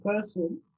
person